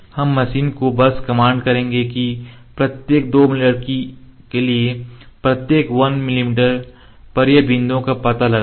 हम मशीन को बस कमांड करेंगे कि प्रत्येक 2 मिमी के लिए प्रत्येक 1 मिमी पर यह बिंदुओं का पता लगाएगा